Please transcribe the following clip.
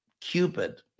Cupid